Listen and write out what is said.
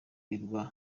birwa